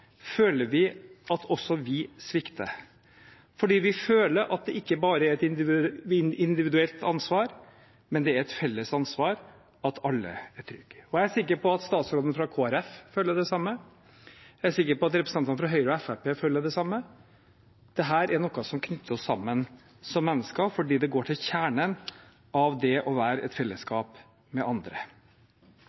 føler vi at også vi svikter, fordi vi føler at det ikke bare er et individuelt ansvar, men et felles ansvar at alle er trygge. Jeg er sikker på at statsråden fra Kristelig Folkeparti føler det samme, jeg er sikker på at representantene fra Høyre og Fremskrittspartiet føler det samme. Dette er noe som knytter oss sammen som mennesker fordi det går til kjernen av det å være i et fellesskap med andre.